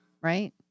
Right